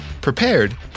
prepared